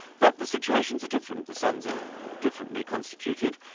but the situations are different. the sons are differently constituted,